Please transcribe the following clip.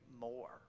more